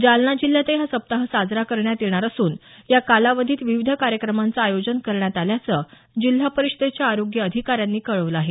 जालना जिल्ह्यातही हा सप्ताह साजरा करण्यात येणार असून या कालावधीत विविध कार्यक्रमांचं आयोजन करण्यात आल्याचं जिल्हा परिषदेच्या आरोग्य अधिकाऱ्यांनी कळवलं आहे